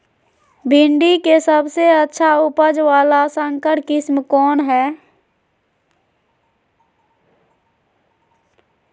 भिंडी के सबसे अच्छा उपज वाला संकर किस्म कौन है?